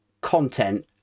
content